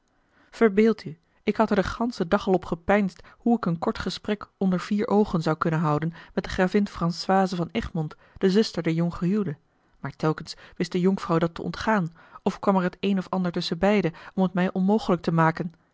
verbeeld u ik had er den ganschen dag al op gepeinsd hoe ik een kort gesprek onder vier oogen zou kunnen houden met de gravin françoise van egmond de zuster der jonggehuwde maar telkens wist de jonkvrouw dat te ontgaan of kwam er het een of ander tusschenbeide om het mij onmogelijk te maken